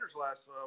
last